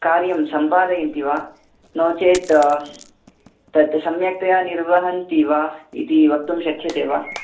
कार्यं सम्पादयन्ति वा नोचेत् तत सम्यक्तया निर्वहन्ति वा इति वक्तुं शक्यते वा